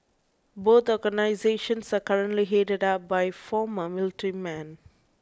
both organisations are currently headed up by former military men